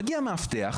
מגיע מאבטח,